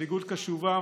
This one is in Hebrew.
מנהיגות קשובה,